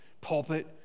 pulpit